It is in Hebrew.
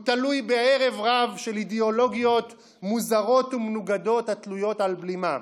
הוא תלוי בערב רב של אידיאולוגיות מוזרות ומנוגדות התלויות על בלימה: